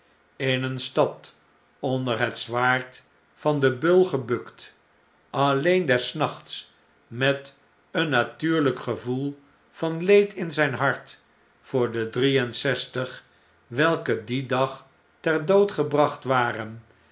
in een stad onder het zwaard van den beul gebukt alleen des nachts met een natuurljjk gevoel van leed in zyn hart voor de drie en zestig welke dien dag ter dood gebracht waren